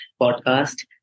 podcast